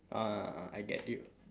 ah I get you